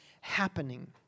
happening